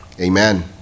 Amen